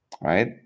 Right